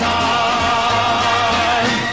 time